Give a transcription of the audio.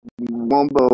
Wombo